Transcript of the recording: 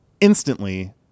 instantly